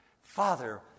Father